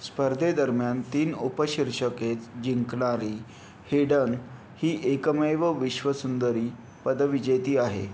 स्पर्धेदरम्यान तीन उपशिर्षके जिंकणारी हेडन ही एकमेव विश्वसुंदरी पदविजेती आहे